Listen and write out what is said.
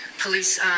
Police